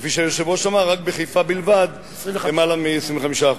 כפי שהיושב-ראש אמר, בחיפה בלבד, בלמעלה מ-25%.